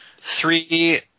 Three